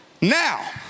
now